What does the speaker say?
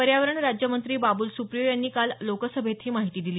पर्यावरण राज्यमंत्री बाबुल सुप्रियो यांनी काल लोकसभेत ही माहिती दिली